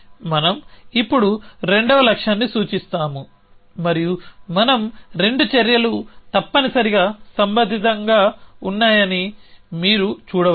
మనం ఇప్పుడు రెండవ లక్ష్యాన్ని సూచిస్తాము మరియు మనం రెండు చర్యలు తప్పనిసరిగా సంబంధితంగా ఉన్నాయని మీరు చూడవచ్చు